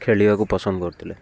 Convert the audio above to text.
ଖେଳିବାକୁ ପସନ୍ଦ କରୁଥିଲେ